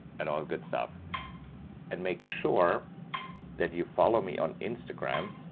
and all good stuff and make sure that you follow me on instagram.